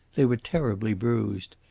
they were terribly bruised.